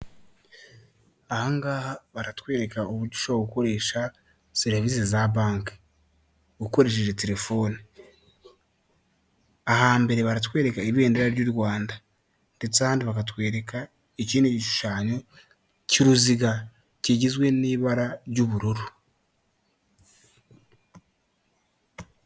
Ahangaha baratwereka uburyo ushobora gukoresha serivise za banki ukoresheje telefone. Ahambere baratwereka ibendera ry'u Rwanda ndetse ahandi bakatwereka ikindi gishushanyo cy'uruziga kizwe n'ibara ry'ubururu.